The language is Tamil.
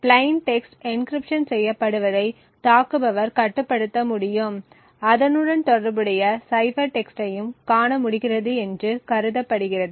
பிளைன் டெக்ஸ்ட் என்க்ரிப்ஷன் செய்யப்படுவதை தாக்குபவர் கட்டுப்படுத்த முடியும் அதனுடன் தொடர்புடைய சைபர் டெக்ஸ்டையும் காண முடிகிறது என்று கருதப்படுகிறது